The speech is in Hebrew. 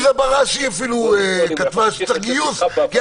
אפשר להמשיך.